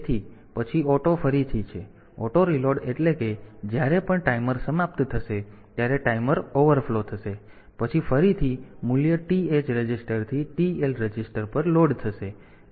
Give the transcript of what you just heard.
તેથી પછી ઓટો ફરીથી છે આ ઑટો રીલોડ એટલે કે જ્યારે પણ ટાઈમર સમાપ્ત થશે ત્યારે ટાઈમર ઓવરફ્લો થશે પછી ફરીથી મૂલ્ય TH રજિસ્ટરથી TL રજિસ્ટર પર લોડ થશે